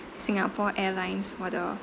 singapore airlines for the